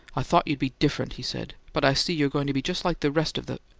i thought you'd be different, he said, but i see you are going to be just like the rest of the!